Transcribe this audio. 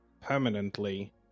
permanently